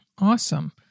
Awesome